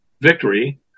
victory